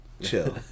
chill